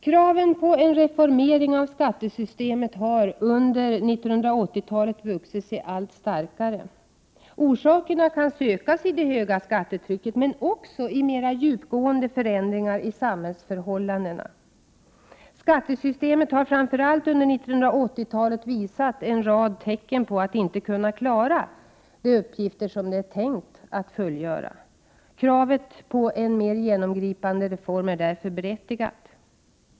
Kraven på en reformering av skattesystemet har under 1980-talet vuxit allt starkare. Orsakerna kan sökas i det höga skattetrycket men också i mera djupgående förändringar i samhällsförhållandena. Skattesystemet har framför allt under 1980-talet visat en rad tecken på att inte kunna klara de uppgifter som det är tänkt att fullgöra. Kravet på en mer genomgripande reform är därför berättigat.